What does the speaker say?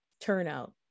turnout